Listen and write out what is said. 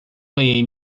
ganhei